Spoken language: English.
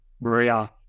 maria